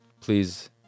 Please